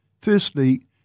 Firstly